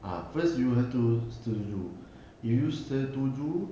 ah first you have to you setuju if you setuju